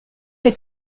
est